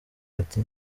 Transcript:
ati